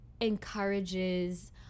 encourages